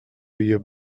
your